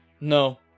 No